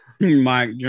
Mike